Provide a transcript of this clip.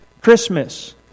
Christmas